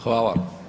Hvala.